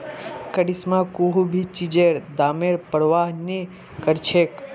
करिश्मा कुछू भी चीजेर दामेर प्रवाह नी करछेक